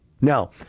Now